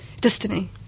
destiny